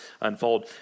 unfold